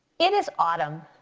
it is autumn.